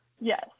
Yes